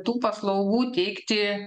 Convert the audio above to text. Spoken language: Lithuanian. tų paslaugų teikti